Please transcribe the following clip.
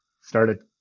started